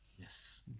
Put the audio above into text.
Yes